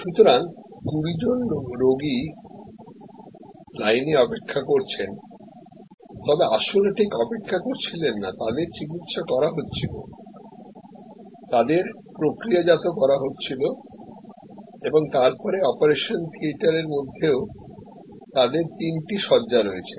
সুতরাং ২০ জন রোগী লাইনে অপেক্ষা করছেন তবে আসলে ঠিক অপেক্ষা করছিলেন না তাদের চিকিত্সা করা হচ্ছিল তাদের পরের প্রসেস এর জন্য তৈরি করা হচ্ছিল করা হচ্ছিল এবং তারপরে অপারেশন থিয়েটারের মধ্যেও তাদের 3 টি শয্যা রয়েছে